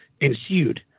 ensued